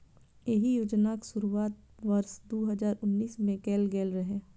एहि योजनाक शुरुआत वर्ष दू हजार उन्नैस मे कैल गेल रहै